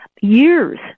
years